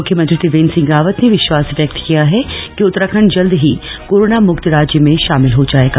मुख्यमंत्री त्रिवेन्द्र सिंह रावत ने विश्वास व्यक्त किया है कि उत्तराखण्ड जल्द ही कोरोना मुक्त राज्य में शामिल हो जाएगा